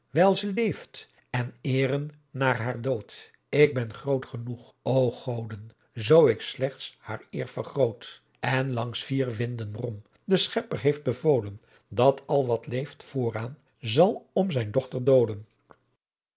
wijl ze leeft en eeren na haar dood k ben groot genoeg o goôn zo k slechts haar eer vergroot en langs vier winden brom de schepper heeft bevoolen dat al wat leeft vooraan zal om zijn dogter doolen